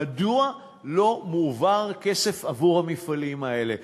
מדוע לא מועבר כסף עבור המפעלים האלה?